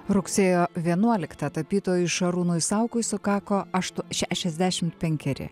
rugsėjo vienuoliktą tapytojui šarūnui saukai sukako aštuo šiašiasdešimt penkeri